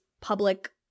public